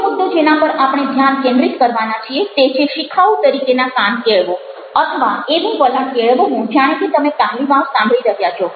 ત્રીજો મુદ્દો જેના પર આપણે ધ્યાન કેન્દ્રિત કરવાના છીએ તે છે શીખાઉ તરીકેના કાન કેળવો અથવા એવું વલણ કેળવવું જાણે કે તમે પહેલી વાર સાંભળી રહ્યા છો